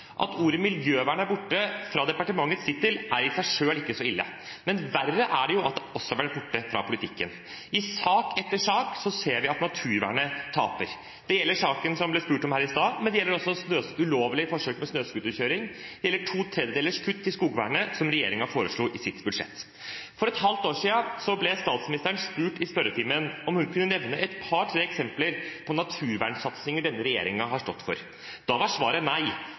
At ordet «miljøvern» er borte fra departementets tittel, er i seg selv ikke så ille, verre er det at det også er blitt borte fra politikken. I sak etter sak ser vi at naturvernet taper. Det gjelder saken som det ble spurt om her i stad, men det gjelder også ulovlige forsøk på snøscooterkjøring eller to tredjedels kutt i skogvernet, som regjeringen foreslo i sitt budsjett. For et halvt år siden ble statsministeren spurt i spørretimen om hun kunne nevne et par–tre eksempler på naturvernsatsinger som denne regjeringen har stått for. Da var svaret nei.